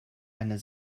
eine